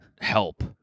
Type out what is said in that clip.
help